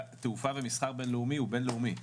תעופה ומסחר בין-לאומי הוא בין-לאומי.